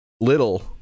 little